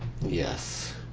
Yes